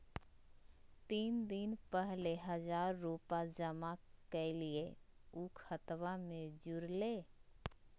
तीन दिन पहले हजार रूपा जमा कैलिये, ऊ खतबा में जुरले?